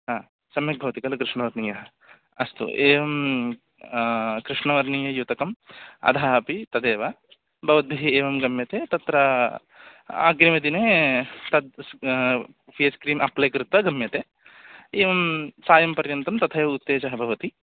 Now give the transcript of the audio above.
हा सम्यक् भवति खलु कृष्णवर्णीयः अस्तु एवं कृष्णवर्णीययुतकम् अधः अपि तदेव भवद्भिः एवं गम्यते तत्र आग्रिमदिने तद् फ़ेस्क्रीम् अप्लै कृत्वा गम्यते एवं सायं पर्यन्तं तथैव उत्तेजः भवति